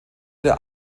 der